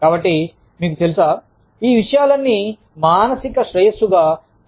కాబట్టి మీకు తెలుసా ఈ విషయాలన్నీ మానసిక శ్రేయస్సుగా పరిగణించబడతాయి